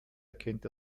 erkennt